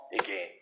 again